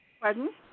Pardon